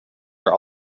are